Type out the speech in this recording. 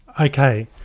Okay